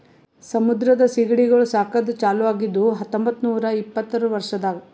ಸಮುದ್ರದ ಸೀಗಡಿಗೊಳ್ ಸಾಕದ್ ಚಾಲೂ ಆಗಿದ್ದು ಹತೊಂಬತ್ತ ನೂರಾ ಇಪ್ಪತ್ತರ ವರ್ಷದಾಗ್